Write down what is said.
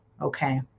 okay